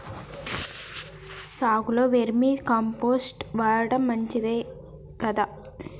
సాగులో vermi compost వాడటం మంచిదే కదా?